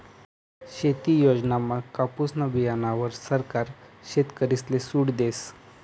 शेती योजनामा कापुसना बीयाणावर सरकार शेतकरीसले सूट देस